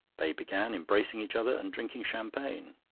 they began embracing each other and drinking champagne.